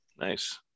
Nice